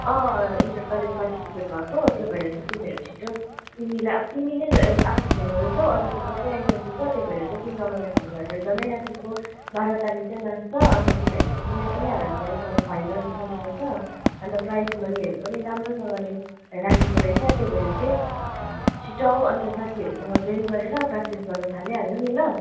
अँ inter college participate भएको त्यो भएर चाहिँ तिमीहरू छिट्टो तिमीलाई अब तिमी नै आएको छैनौ रहेछौ अरू त सबै आइसकेछ त्यो भएर चाहिँ तिमीलाई मैले फोन गरेर जनाइराखेको बाह्र तारिक चाहिँ म्याच छ अन्त तिमीहरूले चाहिँ कुनै पनि हालतमा योपालि चाहिँ फाइनल उठाउनु पर्छ अन्त प्राइस मनीहरू पनि राम्रोसँगले राखेको रहेछ त्यो भएर चाहिँ छिट्टो आऊ अन्त साथीहरूसँग जोइन गरेर प्र्याक्टिस गर्नु थालिहाल्नु नि ल